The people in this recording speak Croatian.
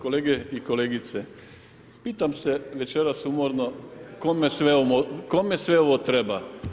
Kolege i kolegice, pitam se večeras umorno, kome sve ovo treba?